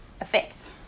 effects